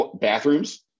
bathrooms